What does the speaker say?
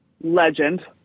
legend